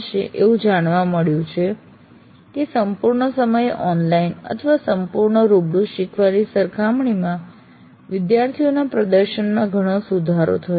એવું જાણવા મળ્યું છે કે સંપૂર્ણ સમય ઓનલાઈન અથવા સંપૂર્ણ રૂબરૂ શીખવાની સરખામણીમાં વિદ્યાર્થીઓના પ્રદર્શનમાં ઘણો સુધારો થયો છે